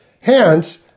Hence